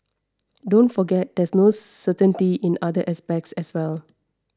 don't forget there's no certainty in other aspects as well